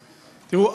תראו,